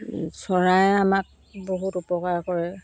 চৰাইয়ে আমাক বহুত উপকাৰ কৰে